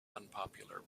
unpopular